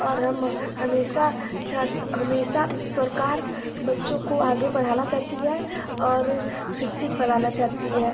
और हम हमेशा छात्र हमेशा सरकार बच्चों को आगे बढ़ाना चाहती है और शिक्षित बनाना चाहती है